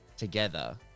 Together